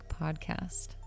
Podcast